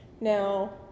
now